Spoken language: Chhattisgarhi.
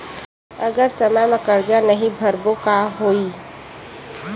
अगर समय मा कर्जा नहीं भरबों का होई?